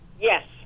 Yes